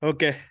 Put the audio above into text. Okay